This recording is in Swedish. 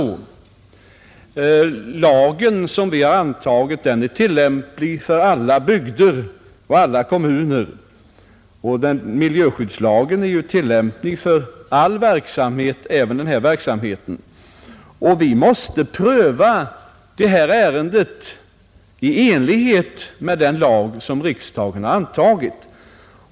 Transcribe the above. Den miljöskyddslag som vi har antagit är tillämplig för alla bygder, för alla kommuner och för all verksamhet, även denna verksamhet. Vi måste pröva detta ärende i enlighet med den lag som riksdagen har antagit.